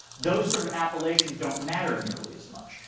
those sort of appellations don't matter nearly as much.